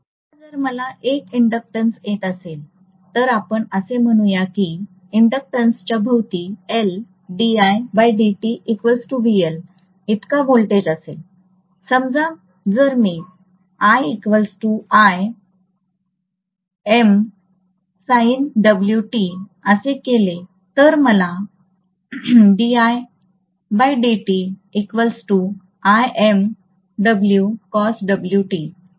आता जर मला 1 इंडक्टंस येत असेल तर आपण असे म्हणू या की इंडक्टंसच्या भोवती इतका व्होल्टेज असेल समजा जर मी असे केले तर मला मिळेल